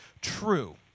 true